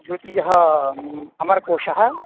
द्वितीयम् अमरकोशः